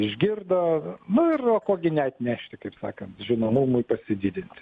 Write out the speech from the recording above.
išgirdo ir va ko gi neatnešti kaip sakant žinomumui pasididinti